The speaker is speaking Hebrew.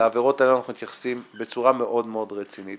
שלעבירות האלה אנחנו מתייחסים בצורה רצינית מאוד מאוד.